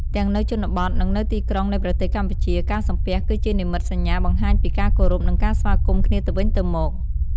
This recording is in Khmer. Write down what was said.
ទាំងនៅជនបទ និង នៅទីក្រុងនៃប្រទេសកម្ពុជា ការសំពះ គឹជានិមិត្តសញ្ញាបង្ហាញពីការគោរព និងការស្វាគមន៍គ្នាទៅវិញទៅមក។